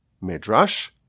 midrash